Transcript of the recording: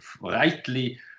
rightly